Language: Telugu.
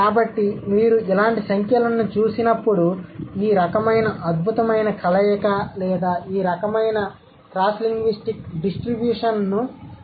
కాబట్టి మీరు ఇలాంటి సంఖ్యలను చూసినప్పుడు ఈ రకమైన అద్భుతమైన కలయిక లేదా ఈ రకమైన క్రాస్లింగ్విస్టిక్ డిస్ట్రిబ్యూషన్ను లెక్కించబడదు